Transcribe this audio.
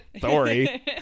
Sorry